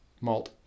malt